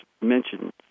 mentioned